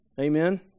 Amen